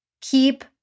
Keep